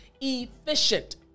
efficient